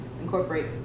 incorporate